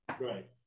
Right